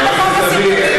גם חוק הסרטונים.